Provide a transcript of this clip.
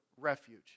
refuge